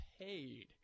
paid